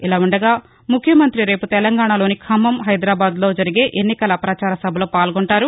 ఇలా ఉండగా ముఖ్యమంతి రేపు తెలంగాణలోని ఖమ్మం హైదరాబాద్లో జరిగే ఎన్నికల ప్రచార సభలో పాల్గొంటారు